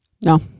No